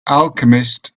alchemist